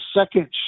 second